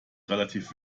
relativ